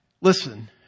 Listen